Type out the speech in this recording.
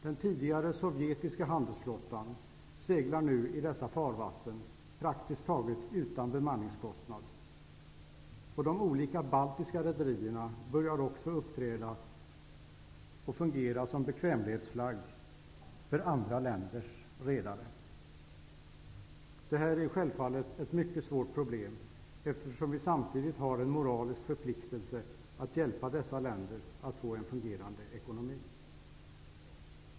Den tidigare sovjetiska handelsflottan seglar nu i dessa farvatten praktiskt taget utan bemanningskostnad, och de olika baltiska rederierna börjar också uppträda och fungera som bekvämlighetsflagg för andra länders redare. Detta är självfallet ett mycket svårt problem, eftersom vi samtidigt har en moralisk förpliktelse att hjälpa dessa länder att få en fungerande ekonomi.